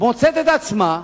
מוצאת את עצמה לפתע,